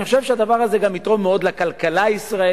אני חושב שהדבר הזה גם יתרום מאוד לכלכלה הישראלית.